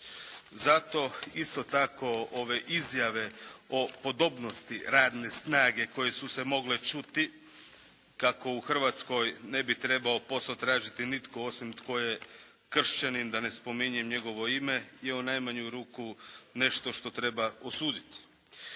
Zato isto tako ove izjave o podobnosti radne snage koje su se mogle čuti kako u Hrvatskoj ne bi trebao posao tražiti nitko osim tko je kršćanin da ne spominjem njegovo ime je u najmanju ruku nešto što treba osuditi.